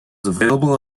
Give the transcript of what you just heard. available